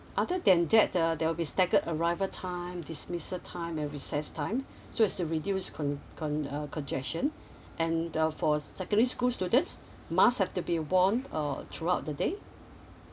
other than that uh there will be staggered arrival time dismissal time and recess time so is to reduce con~ con~ uh congestion and the for secondary school students mask have to be worn uh throughout the day